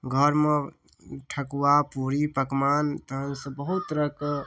घरमे ठकुआ पूरी पकमान ई सब बहुत तरहके